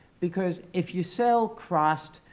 because, if you sell crost,